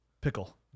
Pickle